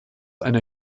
einer